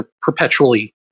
perpetually